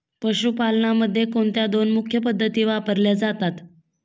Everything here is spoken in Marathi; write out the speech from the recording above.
पशुपालनामध्ये कोणत्या दोन मुख्य पद्धती वापरल्या जातात?